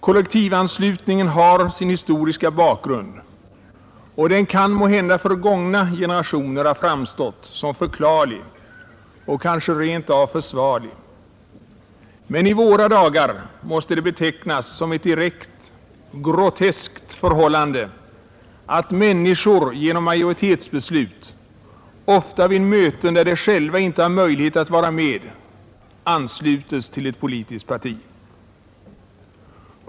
Kollektivanslutningen har sin historiska bakgrund, och den kan måhända för gångna generationer ha framstått som förklarlig och kanske rent av försvarlig, men i våra dagar måste det betecknas som ett direkt groteskt förhållande att människor genom majoritetsbeslut — ofta vid möten där de själva inte har möjlighet att vara med — anslutes till ett politiskt parti.